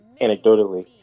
anecdotally